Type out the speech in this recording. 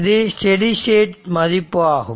இது steady state மதிப்பு ஆகும்